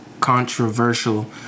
controversial